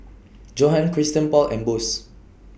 Johan Christian Paul and Bose